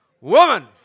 woman